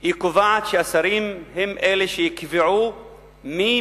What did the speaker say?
היא קובעת שהשרים הם אלה שיקבעו מי